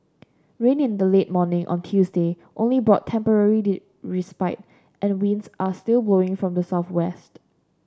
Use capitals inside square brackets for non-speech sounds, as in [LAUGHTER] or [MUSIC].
rain in the late morning on Tuesday only brought temporary [UNINTELLIGIBLE] respite and winds are still blowing from the southwest